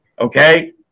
Okay